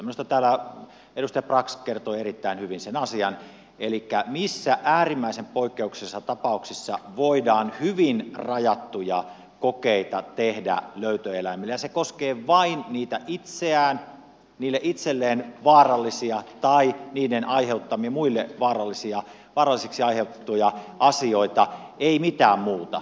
minusta täällä edustaja brax kertoi erittäin hyvin sen asian elikkä missä äärimmäisen poikkeuksellisissa tapauksissa voidaan hyvin rajattuja kokeita tehdä löytöeläimillä ja se koskee vain niitä itseään niille itselleen vaarallisia tai niiden muille vaarallisiksi aiheuttamia asioita ei mitään muuta